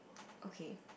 okay